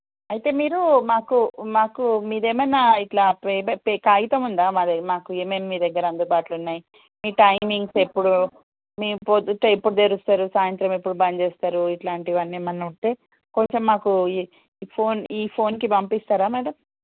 అయితే మీరు మాకు మాకు మేది ఏమన్న ఇట్లా పే కాగితం ఉందా మాకు ఏమేమి మీ దగ్గర అందుబాటులో ఉన్నాయి మీ టైమింగ్స్ ఎప్పుడు మీరు పొద్దున్న ఎప్పుడు తెరుస్తారు సాయంత్రం ఎప్పుడు బంద్ చేస్తారు ఇట్లాంటివి అన్నీ ఏమన్న ఉంటే కొంచెం మాకు ఈ ఈ ఫోన్ ఈ ఫోన్కి పంపిస్తారా మ్యాడమ్